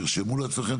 תרשמו לעצמכם,